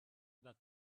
that